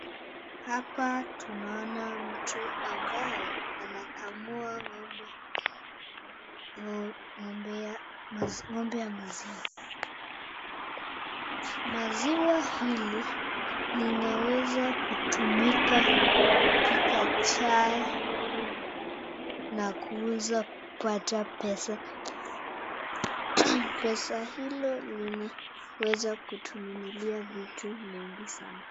Hapa tunaona mtu ambaye anakamua ng'ombe ya maziwa. Maziwa hili inaweza kutumika kupika chai na kuuza kupata pesa, pesa hilo linaweza kutununulia vitu mingi sana.